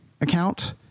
account